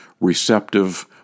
receptive